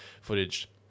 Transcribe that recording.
footage